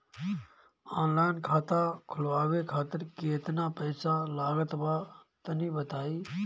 Online खाता खूलवावे खातिर केतना पईसा लागत बा तनि बताईं?